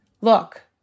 look